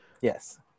Yes